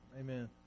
Amen